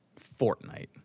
Fortnite